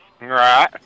right